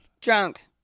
Drunk